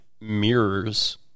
mirrors